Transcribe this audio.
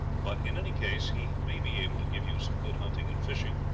but in any case he may be able to give you some good hunting and fishing,